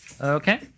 Okay